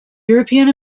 european